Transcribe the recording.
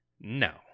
No